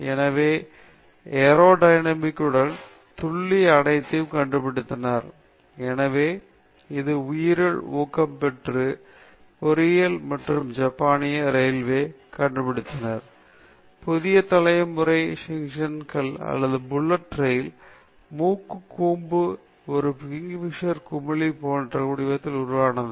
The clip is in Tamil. எனவே அவர்கள் ஏரோ டைனமிக் உடல் துல்லியம் அனைத்தையும் கண்டுபிடித்தனர் எனவே இது உயிரியல் ஊக்கம் பெற்ற பொறியியல் மற்றும் ஜப்பானிய இரயில்வே புதிய தலைமுறை ஷிங்கன்சன் அல்லது புல்லட் ரயில் மூக்கு கூம்பு இப்போது ஒரு கிங்ஃபிஷர் குமிழி போன்ற வடிவத்தில் உருவானது